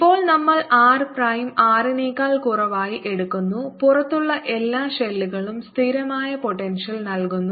ഇപ്പോൾ നമ്മൾ r prime R നേക്കാൾ കുറവായി എടുക്കുന്നു പുറത്തുള്ള എല്ലാ ഷെല്ലുകളും സ്ഥിരമായ പോട്ടെൻഷ്യൽ നൽകുന്നു